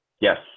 Yes